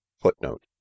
footnote